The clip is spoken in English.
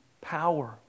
power